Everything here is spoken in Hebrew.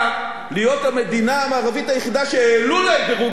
להיות המדינה המערבית היחידה שהעלו לה את דירוג האשראי,